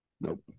Nope